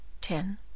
ten